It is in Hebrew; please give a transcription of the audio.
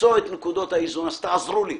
למצוא את נקודות האיזון אז תעזרו לי,